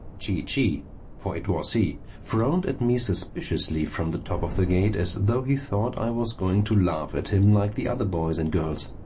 chee-chee for it was he frowned at me suspiciously from the top of the gate, as though he thought i was going to laugh at him like the other boys and girls.